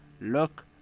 look